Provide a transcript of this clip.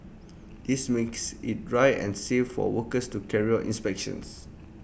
this makes IT dry and safe for workers to carry out inspections